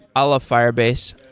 i love firebase.